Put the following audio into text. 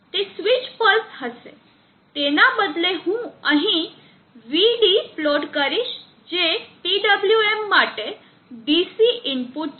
તે switch pulse હશે તેના બદલે હું અહીં Vd પ્લોટ કરીશ જે PWM માટે ડીસી ઇનપુટ છે